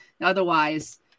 otherwise